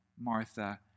Martha